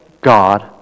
God